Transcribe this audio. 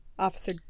Officer